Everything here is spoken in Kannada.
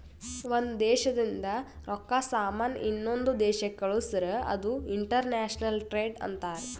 ಒಂದ್ ದೇಶದಿಂದ್ ರೊಕ್ಕಾ, ಸಾಮಾನ್ ಇನ್ನೊಂದು ದೇಶಕ್ ಕಳ್ಸುರ್ ಅದು ಇಂಟರ್ನ್ಯಾಷನಲ್ ಟ್ರೇಡ್ ಅಂತಾರ್